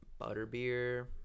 Butterbeer